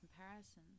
comparison